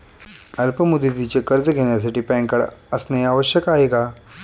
अल्प मुदतीचे कर्ज घेण्यासाठी पॅन कार्ड असणे आवश्यक आहे का?